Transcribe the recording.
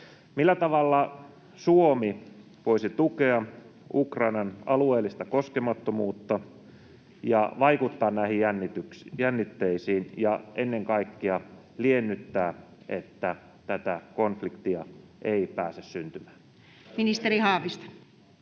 Millä tavalla Suomi voisi tukea Ukrainan alueellista koskemattomuutta ja vaikuttaa näihin jännitteisiin ja ennen kaikkea liennyttää, että tätä konfliktia ei pääse syntymään? Ministeri Haavisto.